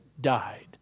died